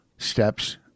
steps